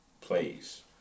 plays